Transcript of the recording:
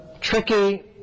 tricky